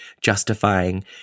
justifying